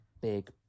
big